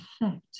effect